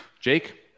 Jake